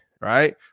right